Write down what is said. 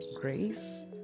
grace